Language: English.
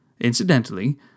incidentally